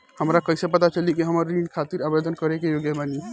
हमरा कईसे पता चली कि हम ऋण खातिर आवेदन करे के योग्य बानी?